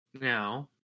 Now